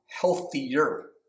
healthier